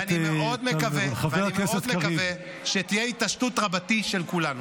ואני מאוד מקווה שתהיה התעשתות רבתי של כולנו.